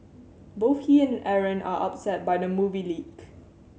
both he and Aaron are upset by the movie leak